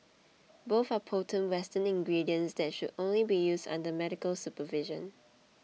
both are potent western ingredients that should only be used under medical supervision